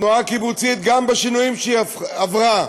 התנועה הקיבוצית, גם בשינויים שהיא עברה,